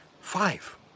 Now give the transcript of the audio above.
Five